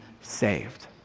saved